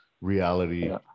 reality